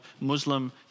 Muslim